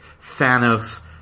Thanos